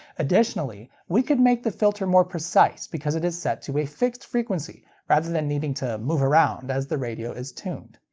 additionally, we could make the filter more precise because it is set to a fixed frequency rather than needing to move around as the radio is tuned.